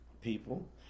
people